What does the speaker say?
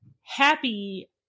happy